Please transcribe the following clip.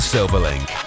Silverlink